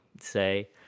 say